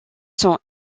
son